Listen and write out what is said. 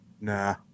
Nah